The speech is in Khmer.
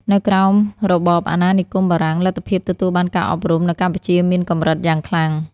នៅក្រោមរបបអាណានិគមបារាំង លទ្ធភាពទទួលបានការអប់រំនៅកម្ពុជាមានកម្រិតយ៉ាងខ្លាំង។